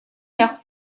явах